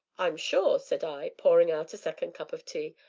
i'm sure, said i, pouring out a second cup of tea,